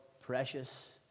precious